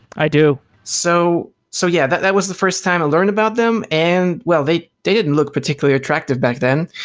i do so so yeah, that that was the first time to learned about them. and well, they they didn't look particularly attractive back then,